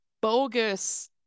bogus